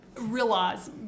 realize